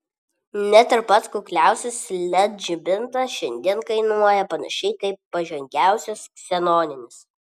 net ir pats kukliausias led žibintas šiandien kainuoja panašiai kaip pažangiausias ksenoninis